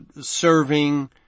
serving